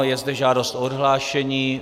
Je zde žádost o odhlášení.